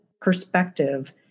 perspective